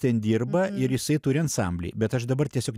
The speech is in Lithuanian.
ten dirba ir jisai turi ansamblį bet aš dabar tiesiog